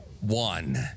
one